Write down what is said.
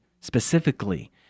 specifically